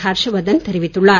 ஹர்ஷ்வர்தன் தெரிவித்துள்ளார்